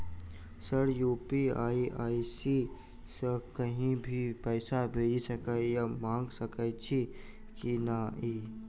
Sir UPI ID सँ कहि भी पैसा भेजि सकै या मंगा सकै छी की न ई?